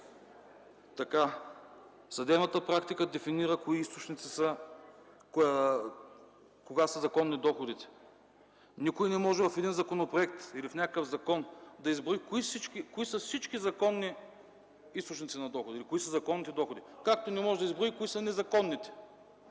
Съдебната практика дефинира кога са законни доходите. Никой не може в един законопроект или в някакъв закон да изброи кои са всички законни източници на доходи, кои са законните доходи, както не може да изброи и кои са незаконните.